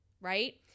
right